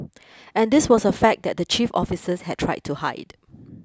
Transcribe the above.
and this was a fact that the chief officers had tried to hide